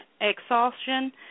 exhaustion